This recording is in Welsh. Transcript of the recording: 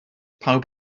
pawb